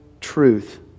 truth